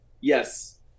yes